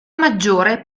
maggiore